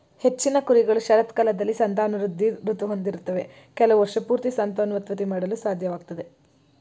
ಹೆಚ್ಚಿನ ಕುರಿಗಳು ಶರತ್ಕಾಲದಲ್ಲಿ ಸಂತಾನವೃದ್ಧಿ ಋತು ಹೊಂದಿರ್ತವೆ ಕೆಲವು ವರ್ಷಪೂರ್ತಿ ಸಂತಾನೋತ್ಪತ್ತಿ ಮಾಡಲು ಸಾಧ್ಯವಾಗ್ತದೆ